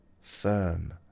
firm